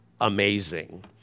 amazing